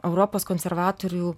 europos konservatorių